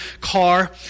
car